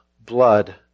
blood